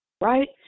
Right